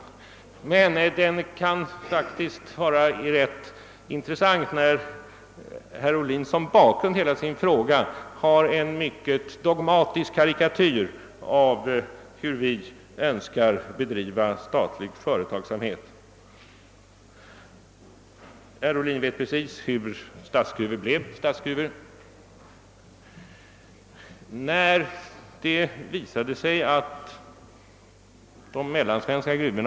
Den kan emellertid vara rätt intressant, eftersom herr Ohlin som bakgrund till frågan framställer en mycket dogmatisk karikatyr av hur vi önskar bedriva statlig företagsamhet. Herr Ohlin känner väl de speciella orsaker som gjorde staten till ägare av vissa mellansvenska gruvor.